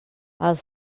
els